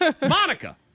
Monica